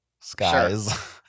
Skies